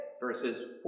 verses